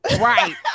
right